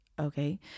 okay